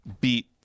beat